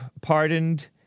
pardoned